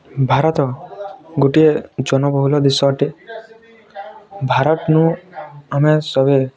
ଭାରତ ଗୋଟିଏ ଜନବହୁଲ ଦେଶ ଅଟେ ଭାରତୀନୁ ଆମେ ସବେ